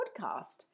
podcast